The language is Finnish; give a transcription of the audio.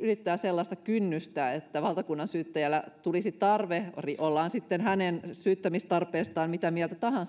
ylittää sellaista kynnystä että valtakunnansyyttäjällä tulisi tarve pyytää tämän syytesuojan poistoa ollaan sitten hänen syyttämistarpeestaan mitä mieltä tahansa